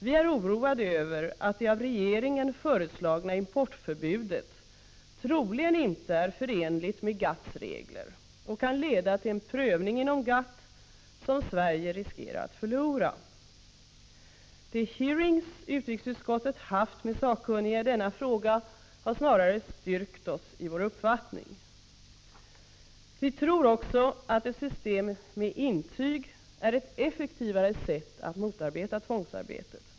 Vi är oroade över att det av regeringen föreslagna importförbudet troligen inte är förenligt med GATT:s regler och kan leda till en prövning inom GATT som Sverige riskerar att förlora. De hearings utrikesutskottet haft med sakkunniga i denna fråga har snarare styrkt oss i vår uppfattning. Vi tror också att ett system med intyg är ett effektivare sätt att motarbeta tvångsarbetet.